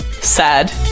sad